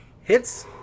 hits